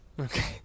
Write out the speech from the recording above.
Okay